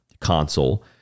console